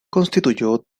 constituyó